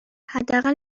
حداقل